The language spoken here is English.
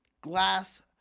glass